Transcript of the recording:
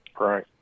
Right